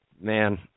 Man